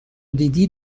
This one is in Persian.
دیدی